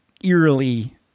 eerily